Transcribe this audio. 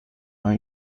are